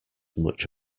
much